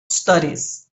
studies